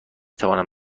توانند